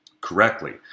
correctly